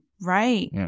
Right